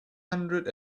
hundred